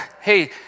Hey